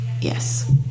yes